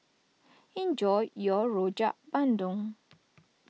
enjoy your Rojak Bandung